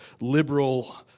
liberal